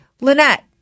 Lynette